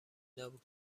نبود